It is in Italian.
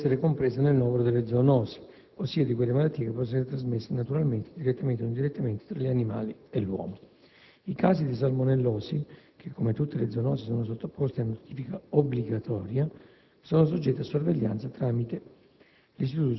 può essere compresa nel novero delle «zoonosi», ossia di quelle malattie che possono essere trasmesse naturalmente, direttamente o indirettamente, tra gli animali e l'uomo. I casi di salmonellosi, che come tutte le zoonosi sono sottoposti a notifica obbligatoria, sono soggetti a sorveglianza tramite